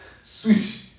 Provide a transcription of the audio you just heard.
switch